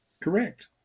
Correct